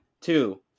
two